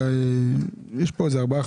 יש פה ארבעה,